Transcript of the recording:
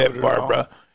Barbara